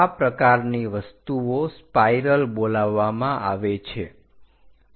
આ પ્રકારની વસ્તુઓ સ્પાઇરલ બોલાવવામાં આવે છે